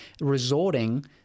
resorting